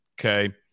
Okay